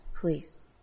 please